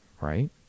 right